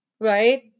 right